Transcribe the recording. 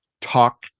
talk